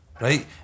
Right